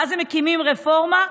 ואז הם מקימים רפורמה,